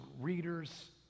readers